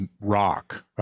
rock